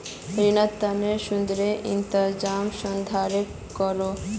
रिनेर तने सुदेर इंतज़ाम संस्थाए करोह